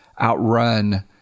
outrun